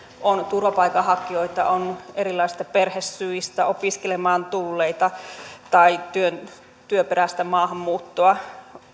on turvapaikanhakijoita on erilaisia perhesyitä opiskelemaan tulleita ja työperäistä maahanmuuttoa